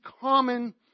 common